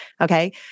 okay